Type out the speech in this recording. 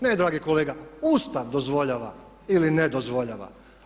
Ne dragi kolega, Ustav dozvoljava ili ne dozvoljava.